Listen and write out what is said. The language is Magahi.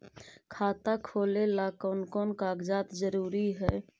खाता खोलें ला कोन कोन कागजात जरूरी है?